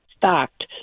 fact